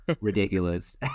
ridiculous